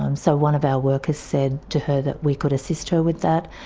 um so one of our workers said to her that we could assist her with that,